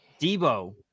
Debo